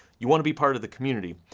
you wanna be part of the community,